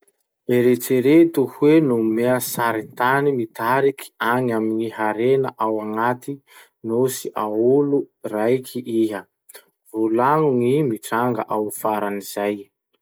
Eritsereto hoe nomea saritany mitariky any amy ny harena ao anaty nosy aolo raiky iha. Volagno gny mitranga ao afaran'izay.